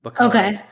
Okay